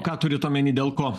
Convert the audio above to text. ką turit omeny dėl ko